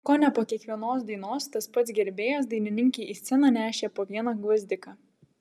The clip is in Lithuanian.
kone po kiekvienos dainos tas pats gerbėjas dainininkei į sceną nešė po vieną gvazdiką